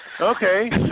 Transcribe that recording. Okay